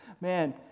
man